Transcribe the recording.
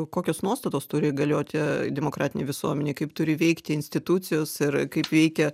kokios nuostatos turi galioti demokratinei visuomenei kaip turi veikti institucijos ir kaip veikia